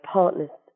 partners